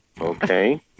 Okay